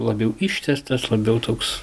labiau ištęstas svarbiau toks